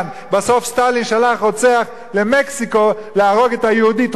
בסוף סטלין שלח רוצח למקסיקו להרוג את היהודי טרוצקי.